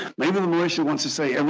maybe the militia wants to say,